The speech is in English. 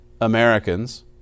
Americans